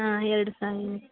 ಹಾಂ ಎರಡೂ ಸಹ ಇ